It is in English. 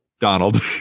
Donald